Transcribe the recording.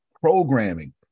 programming